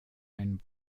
ein